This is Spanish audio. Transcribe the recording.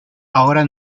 ahora